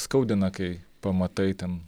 skaudina kai pamatai ten